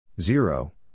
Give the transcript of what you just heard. zero